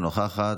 אינה נוכחת,